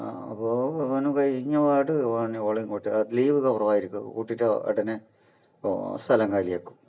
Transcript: അപ്പോൾ കല്ല്യാണം കഴിഞ്ഞപാട് ഓൻ ഓളെയും കൂട്ടി കാരണം ലീവ് കുറവായിരിക്കും കൂട്ടിയിട്ട് ഉടനെ സ്ഥലം കാലിയാക്കും